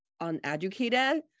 uneducated